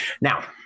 Now